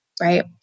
right